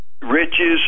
Riches